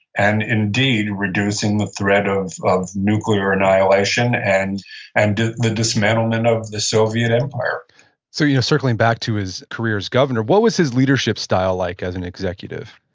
and indeed, reducing the threat of of nuclear annihilation and and the dismantlement of the soviet empire so, you know circling back to his career as governor, what was his leadership style like as an executive?